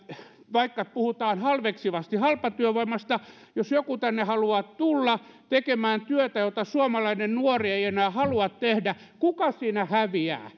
vaikka puhutaan halveksivasti halpatyövoimasta niin jos joku tänne haluaa tulla tekemään työtä jota suomalainen nuori ei enää halua tehdä kuka siinä häviää